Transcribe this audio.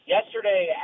Yesterday